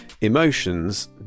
emotions